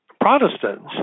Protestants